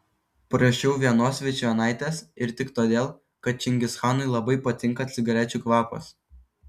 prašiau vienos vičvienaitės ir tik todėl kad čingischanui labai patinka cigarečių kvapas